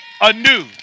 anew